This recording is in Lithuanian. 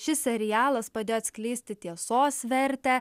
šis serialas padėjo atskleisti tiesos vertę